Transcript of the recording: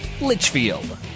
Litchfield